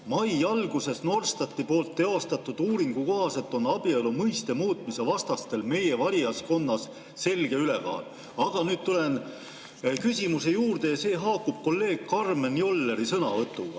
Mai alguses Norstati teostatud uuringu kohaselt on abielu mõiste muutmise vastastel meie valijaskonnas selge ülekaal. Aga nüüd tulen küsimuse juurde ja see haakub kolleeg Karmen Jolleri sõnavõtuga.